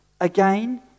again